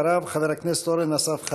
אחריו, חבר הכנסת אורן אסף חזן.